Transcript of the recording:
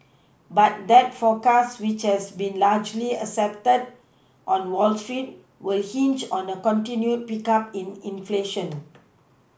but that forecast which has been largely accepted on Wall street will hinge on a continued pickup in inflation